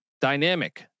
dynamic